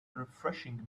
refreshing